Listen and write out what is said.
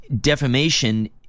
defamation